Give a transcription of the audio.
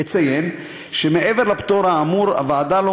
אציין שמעבר לפטור האמור הוועדה לא